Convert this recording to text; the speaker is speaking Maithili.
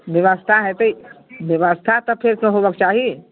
व्यवस्था होयतै व्यवस्था तऽ फेरसँ होयबाक चाही